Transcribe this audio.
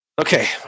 Okay